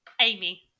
amy